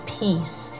peace